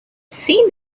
seen